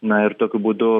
na ir tokiu būdu